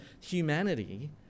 humanity